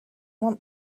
want